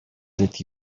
that